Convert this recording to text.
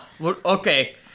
Okay